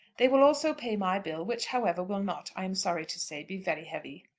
they will also pay my bill which, however, will not, i am sorry to say, be very heavy.